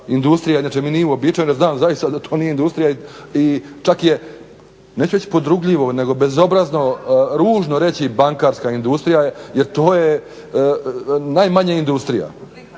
industrija, inače mi nije uobičajeno i znam zaista da to nije industrija i čak je, neću reći podrugljivo nego bezobrazno, ružno reći bankarska industrija jer to je najmanje industrija.